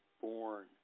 born